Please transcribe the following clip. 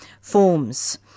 forms